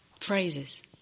phrases